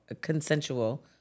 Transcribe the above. consensual